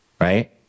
right